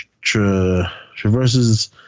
traverses